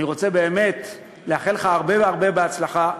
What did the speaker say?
אני רוצה באמת לאחל לך הרבה הרבה הצלחה.